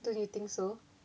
don't you think so